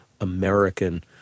American